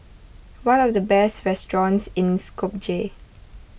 what are the best restaurants in Skopje